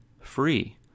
free